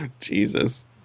Jesus